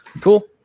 Cool